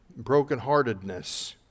brokenheartedness